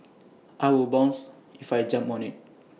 I will bounce if I jump on IT